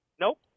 Nope